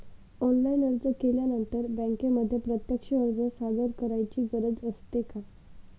Online अर्ज केल्यानंतर बँकेमध्ये प्रत्यक्ष अर्ज सादर करायची गरज असते का?